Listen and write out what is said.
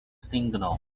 signal